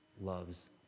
loves